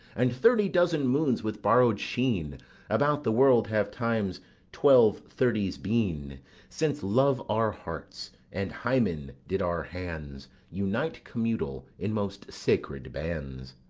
and thirty dozen moons with borrow'd sheen about the world have times twelve thirties been, since love our hearts, and hymen did our hands, unite commutual in most sacred bands.